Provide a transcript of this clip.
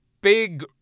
big